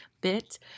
bit